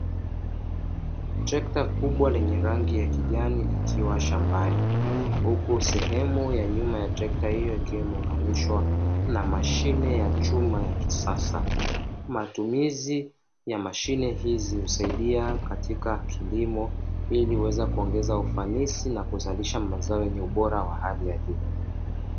Trekta kubwa lenye rangi ya kijani likiwa likiwa shambani, huku sehemu ya nyuma ya trekta hiyo ikiwa imeunganishwa na mashine ya chuma ya kisasa. Matumizi ya mashine hizi husaidia katika kilimo ili kuweza kuongeza ufanisi, na kuzalisha mazao yenye ubora wa hali ya juu.